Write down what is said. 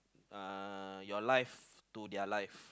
uh your life to their life